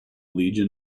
legion